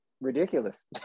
ridiculous